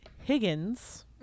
Higgins